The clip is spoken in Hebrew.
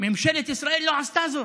ממשלת ישראל לא עשתה זאת.